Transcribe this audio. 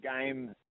game